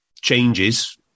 changes